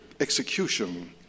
execution